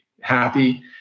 happy